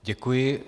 Děkuji.